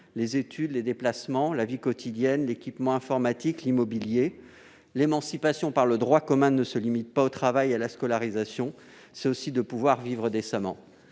les études, les déplacements, la vie quotidienne, l'équipement informatique, ou encore l'immobilier. L'émancipation par le droit commun ne se limite pas au travail et à la scolarisation : c'est aussi de pouvoir vivre décemment.